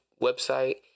website